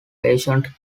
patient